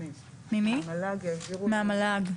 מהמל"ג,